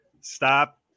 stop